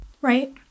Right